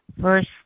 first